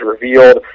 revealed